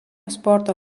sporto